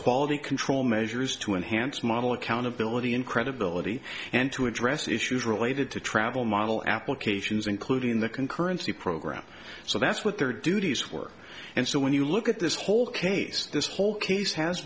quality control measures to enhance model accountability in credibility and to address issues related to travel model applications including the concurrency program so that's what their duties were and so when you look at this whole case this whole case has